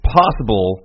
possible